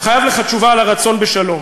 חייב לך תשובה על הרצון בשלום.